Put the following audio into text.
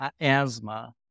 asthma